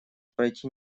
пройти